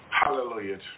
hallelujah